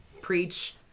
preach